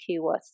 keywords